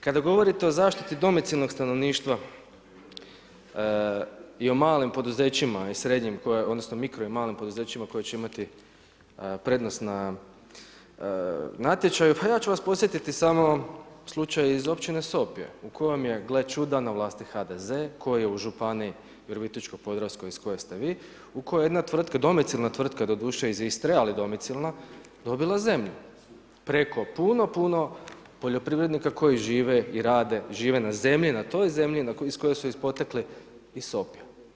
Kada govorite o zaštiti domicilnog stanovništva i o malim poduzećima i srednjim odnosno mikro i malim poduzećima koji će imati prednost na natječaju, pa ja ću vas podsjetiti samo slučaj iz općine Sopje u kojem je gle čuda na vlasti HDZ-e koji je u Županiji Virovitičko-podravskoj iz koje ste vi u kojoj jedna domicilna tvrtka doduše iz Istre ali je domicilna dobila zemlju preko puno, puno poljoprivrednika koji žive i rade, žive na zemlji na toj zemlji iz koje su ispotekli iz Sopja.